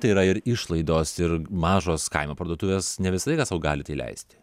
tai yra ir išlaidos ir mažos kaimo parduotuvės ne visą laiką sau gali tai leisti